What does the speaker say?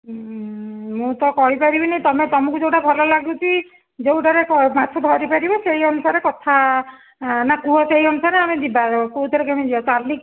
ମୁଁ ତ କହିପାରିବିନି ତମେ ତମକୁ ଯୋଉଟା ଭଲଲାଗୁଛି ଯୋଉଟାରେ ମାଛ ଧରିପାରିବା ସେଇ ଅନୁସାରେ କଥା ନା କୁହ ସେଇ ଅନୁସାରେ ଆମେ ଯିବା ନା କୋଉଥିରେ କେମିତି ଯିବା ଚାଲିକି